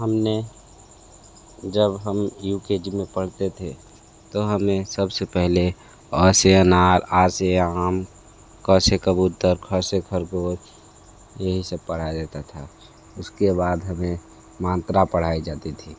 हमने जब हम यू के जी में पढ़ते थे तो हमें सबसे पहले अ से अनार आ से आम क से कबूतर ख से खरगोश यही सब पढ़ाया जाता था उसके बाद हमें मात्रा पढ़ाई जाती थी